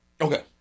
Okay